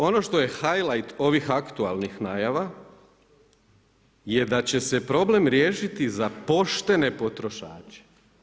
Ono što je hightlight ovih aktualnih najava je da će se problem riješiti za poštene potrošače.